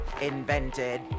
invented